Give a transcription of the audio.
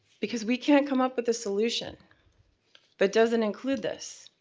because we can't come up with a solution that doesn't include this.